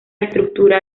estructura